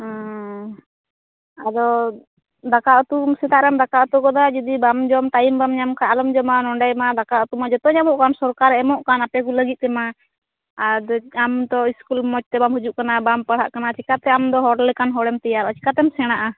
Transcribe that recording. ᱚ ᱟᱫᱚ ᱫᱟᱠᱟ ᱩᱛᱩ ᱥᱮᱛᱟᱜ ᱨᱮᱢ ᱫᱟᱠᱟ ᱩᱛᱩ ᱜᱚᱫᱟ ᱡᱩᱫᱤ ᱵᱟᱢ ᱡᱚᱢ ᱴᱟᱭᱤᱢ ᱵᱟᱢ ᱧᱟᱢ ᱠᱷᱟᱱ ᱟᱞᱚᱢ ᱡᱚᱢᱟ ᱱᱚᱰᱮᱢᱟ ᱫᱟᱠᱟ ᱩᱛᱩᱢᱟ ᱡᱚᱛᱚ ᱧᱟᱢᱚᱜ ᱠᱟᱱ ᱥᱚᱨᱠᱟᱨᱮ ᱮᱢᱚᱜ ᱠᱟᱱ ᱟᱯᱮ ᱠᱚ ᱞᱟᱹᱜᱤᱫ ᱛᱮᱢᱟ ᱟᱫᱚ ᱟᱢ ᱫᱚ ᱤᱥᱠᱩᱞ ᱢᱚᱡᱽ ᱛᱮ ᱵᱟᱢ ᱦᱤᱡᱩᱜ ᱠᱟᱱᱟ ᱵᱟᱢ ᱯᱟᱲᱦᱟᱜ ᱠᱟᱱᱟ ᱪᱮᱠᱟᱛᱮ ᱟᱢ ᱫᱚ ᱦᱚᱲ ᱞᱮᱠᱟ ᱦᱚᱲᱮᱢ ᱛᱮᱭᱟᱨᱚᱜᱼᱟ ᱪᱮᱠᱟᱛᱮᱢ ᱥᱮᱬᱟᱜᱼᱟ